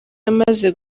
yamaze